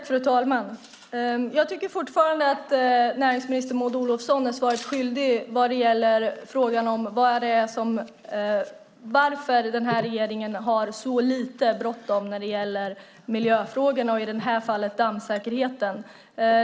Fru talman! Jag tycker fortfarande att näringsminister Maud Olofsson är svaret skyldig vad gäller frågan om varför den här regeringen har så lite bråttom när det gäller miljöfrågorna och i det här fallet dammsäkerheten.